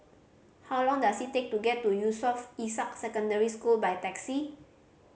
how long does it take to get to Yusof Ishak Secondary School by taxi